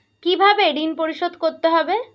কিভাবে ঋণ পরিশোধ করতে হবে?